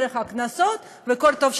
דרך הקנסות וכל טוב שבעניין.